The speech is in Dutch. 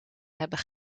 hebben